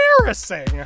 embarrassing